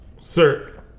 Sir